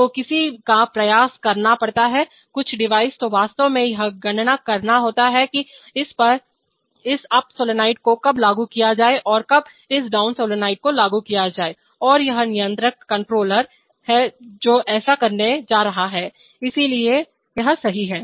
तो किसी का प्रयास करना पड़ता है कुछ डिवाइस को वास्तव में यह गणना करना होता है कि इस अप सोलनॉइड को कब लागू किया जाए और कब इस डाउन सोलनॉइड को लागू किया जाए और यह नियंत्रक कंट्रोलर है जो ऐसा करने जा रहा है इसलिए सही है